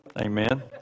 Amen